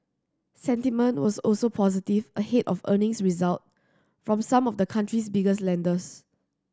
sentiment was also positive ahead of earnings results from some of the country's biggest lenders